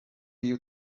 you